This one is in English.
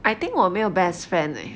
I think 我没有 best friend leh